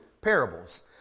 parables